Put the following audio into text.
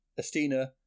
Estina